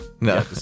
No